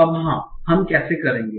अब हाँ हम कैसे करेंगे